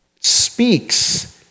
speaks